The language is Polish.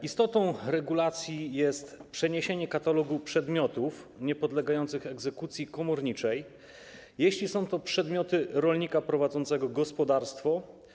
Istotą regulacji jest przeniesienie katalogu przedmiotów niepodlegających egzekucji komorniczej, jeśli są to przedmioty rolnika prowadzącego gospodarstwo.